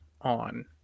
on